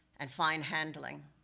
and fine handling.